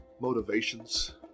motivations